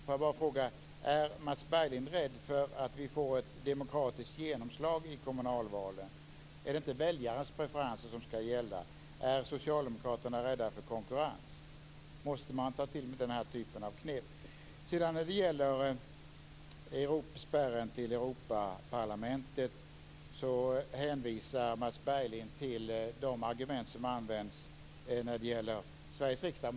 Får jag bara fråga: Är Mats Berglind rädd för att vi får ett demokratiskt genomslag i kommunalvalen? Är det inte väljarnas preferenser som skall gälla? Är socialdemokraterna rädda för konkurrens? Måste man ta till den här typen av knep? När det gäller spärren till Europaparlamentet hänvisar Mats Berglind till de argument som används när det gäller Sveriges riksdag.